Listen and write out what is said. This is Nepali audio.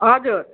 हजुर